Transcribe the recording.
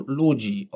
ludzi